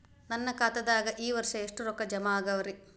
ನನ್ನ ಖಾತೆದಾಗ ಈ ವರ್ಷ ಎಷ್ಟು ರೊಕ್ಕ ಜಮಾ ಆಗ್ಯಾವರಿ?